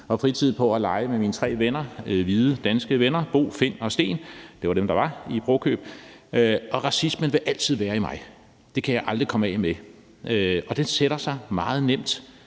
min fritid på at lege med mine tre hvide, danske venner Bo, Finn og Steen – det var dem, der var i Brokøb. Og racismen vil altid være i mig; den kan jeg aldrig komme af med. Den sætter sig meget nemt